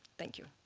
thank you.